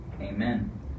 Amen